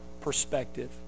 perspective